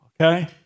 okay